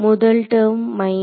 முதல் term minus